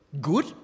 Good